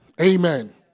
Amen